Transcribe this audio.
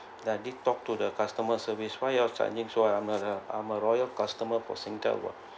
I did talked to the customer service why you all charging me so high I'm a I'm a loyal customer for Singtel what